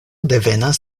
devenas